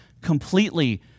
completely